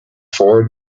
four